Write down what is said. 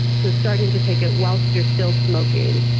so starting to take it whilst you are still smoking.